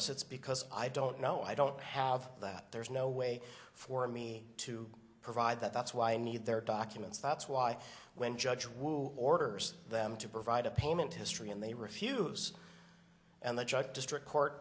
us it's because i don't know i don't have that there's no way for me to provide that that's why i need their documents that's why when judge will order them to provide a payment history and they refuse and the judge district court